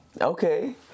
Okay